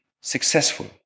successful